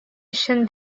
өчен